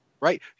Right